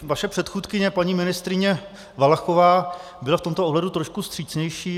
Vaše předchůdkyně paní ministryně Valachová byla v tomto ohledu trošku vstřícnější.